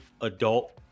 adult